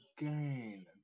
again